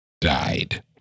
died